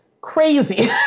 crazy